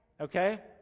okay